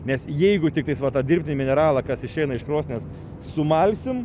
nes jeigu tiktais va tą dirbtinį mineralą kas išeina iš krosnies sumalsim